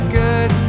good